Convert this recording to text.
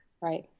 Right